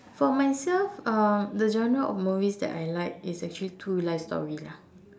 for myself uh the genre of movies that I like is actually true life story lah